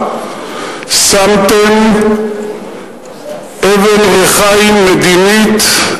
שמתם אבן רחיים מדינית,